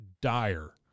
dire